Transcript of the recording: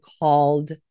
called